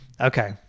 Okay